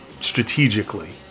strategically